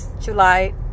July